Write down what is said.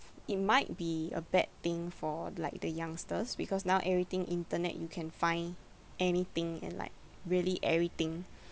it might be a bad thing for like the youngsters because now everything internet you can find anything and like really everything